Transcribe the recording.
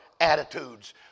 attitudes